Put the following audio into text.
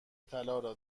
طلا